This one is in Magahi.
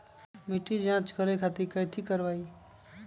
मिट्टी के जाँच करे खातिर कैथी करवाई?